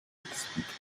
explique